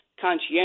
conscientious